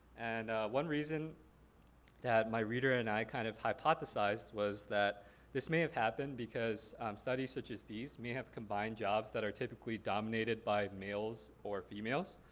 and one reason that my reader and i kind of hypothesized was that this may have happened because studies such as these may have combined jobs that are typically dominated by males or females.